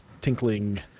tinkling